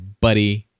buddy